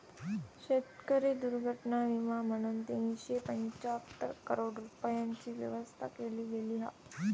शेतकरी दुर्घटना विमा म्हणून तीनशे पंचाहत्तर करोड रूपयांची व्यवस्था केली गेली हा